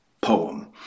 poem